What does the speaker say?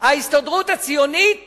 ההסתדרות הציונית